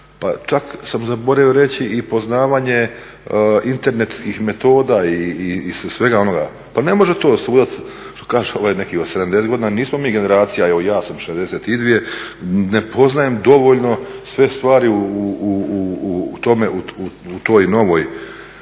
čak sam zaboravio reći i poznavanje internetskih metoda i svega onoga, pa ne može to sudac ovaj neki od 70 godina, nismo mi generacija, evo i ja sam 62, ne poznajem dovoljno sve stvari u toj novoj